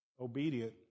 obedient